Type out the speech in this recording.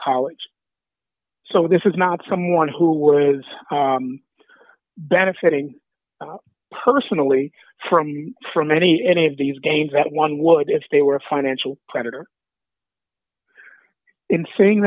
college so this is not someone who was benefiting personally from from any any of these games that one would if they were a financial predator in saying